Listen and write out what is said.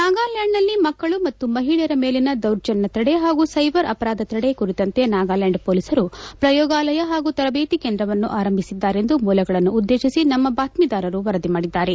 ನಾಗಾಲ್ಹಾಂಡ್ನಲ್ಲಿ ಮಕ್ಕಳ ಮತ್ತು ಮಹಿಳೆಯರ ಮೇಲಿನ ದೌರ್ಜನ್ನ ತಡೆ ಹಾಗೂ ಸ್ಟೆಬರ್ ಅಪರಾಧ ತಡೆ ಕುರಿತಂತೆ ನಾಗಾಲ್ಲಾಂಡ್ ಪೊಲೀಸರು ಪ್ರಯೋಗಾಲಯ ಹಾಗೂ ತರಬೇತಿ ಕೇಂದ್ರವನ್ನು ಆರಂಭಿಸಿದ್ದಾರೆ ಎಂದು ಮೂಲಗಳನ್ನು ಉದ್ದೇಶಿಸಿ ನಮ್ಮ ಬಾತ್ತಿದಾರರು ವರದಿ ಮಾಡಿದ್ದಾರೆ